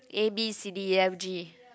A B C D E F G